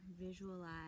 Visualize